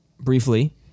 briefly